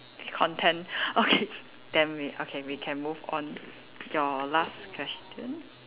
content okay then we okay we can move on your last question